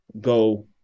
go